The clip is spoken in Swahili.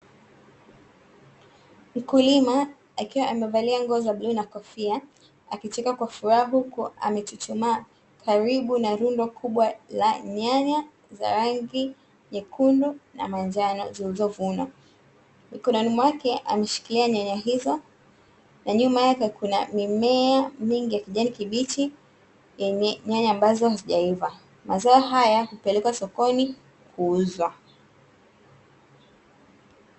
Mkulima akiwa amevalia nguo za bluu na kofia akicheka kwa furaha huku amechuchumaa karibu la rundo kubwa la nyanya za rangi nyekundu na manjano zilizovunwa, mikononi mwake ameshikilia nyanya hizo, na nyuma yake kuna mimea mingi ya kijani kibichi yenye nyanya ambazo bado hazijaiva, mazao haya hupelekwa sokoni kuuzwa.